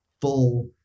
full